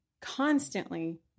constantly